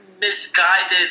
misguided